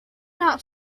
not